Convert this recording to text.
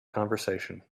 conversation